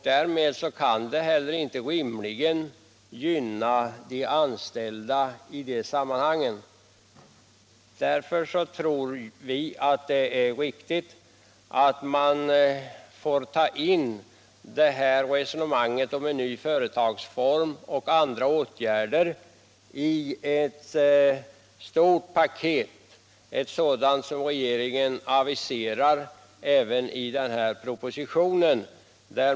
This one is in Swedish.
Därmed kan det inte heller rimligen gynna de anställda. Därför tror vi att det är riktigt att man får ta in det här resonemanget om en ny företagsform och andra åtgärder i ett stort paket, ett sådant som regeringen aviserar i den här propositionen.